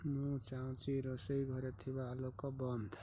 ମୁଁ ଚାହୁଁଛି ରୋଷେଇ ଘରେ ଥିବା ଆଲୋକ ବନ୍ଦ